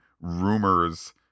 Rumors